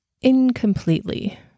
incompletely